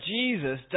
Jesus